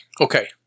Okay